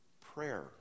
prayer